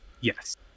yes